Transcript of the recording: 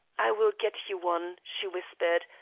i will get you one, she whispered.